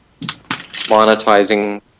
monetizing